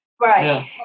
Right